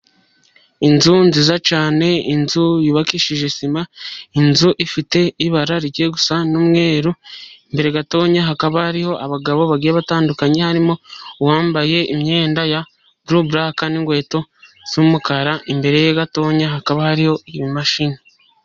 Inzu nziza cyane, inzu yubakishije sima, inzu ifite ibara rigiye gusa n'umweru imbere gatoya, hakaba hariho abagabo bagiye batandukanye, harimo uwambaye imyenda ya buru buraka, inkweto z'umukara, imbere ye gatonya hakaba hariho imashini.